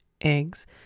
eggs